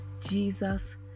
Jesus